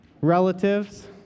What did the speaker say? Relatives